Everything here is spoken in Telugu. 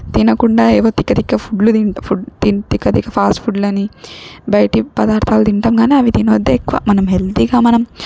తినకుండా ఏవో తిక్క తిక్క ఫుడ్లు తింటాం ఫుడ్ తిన్ తిక్క తిక్క ఫాస్ట్ ఫుడ్లని బయటి పదార్థాలు తింటాం కానీ అవి తినవద్దు ఎక్కువ మనం హెల్తీగా మనం